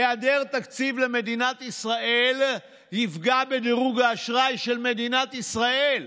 היעדר תקציב למדינת ישראל יפגע בדירוג האשראי של מדינת ישראל.